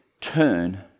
turn